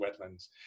wetlands